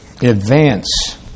advance